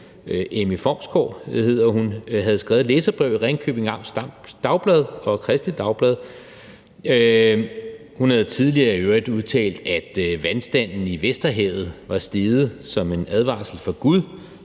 Emmy Fomsgaard hedder hun – havde skrevet et læserbrev i Ringkjøbing Amts Dagblad og Kristeligt Dagblad. Hun havde tidligere i øvrigt udtalt, at vandstanden i Vesterhavet var steget som en advarsel fra Gud